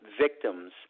victims